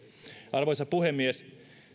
arvoisa puhemies